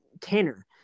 Tanner